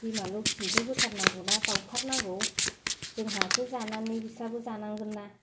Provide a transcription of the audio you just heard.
बिमा लोखिनोथ' होथारनांगौना बाउथारनांगौ जोंहासो जानानै बिसोरबो जानांगोनना